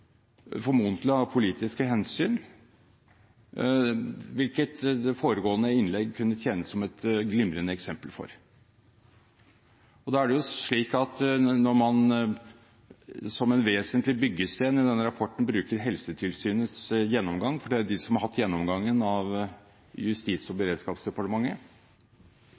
formodentlig av politiske hensyn, hvilket det foregående innlegg kunne tjene som et glimrende eksempel på. Når man da, som en vesentlig byggestein i denne rapporten, bruker Helsetilsynets gjennomgang – for det er jo de som har hatt gjennomgangen av Justis- og beredskapsdepartementet